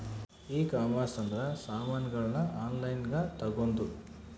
ಈ ಕಾಮರ್ಸ್ ಅಂದ್ರ ಸಾಮಾನಗಳ್ನ ಆನ್ಲೈನ್ ಗ ತಗೊಂದು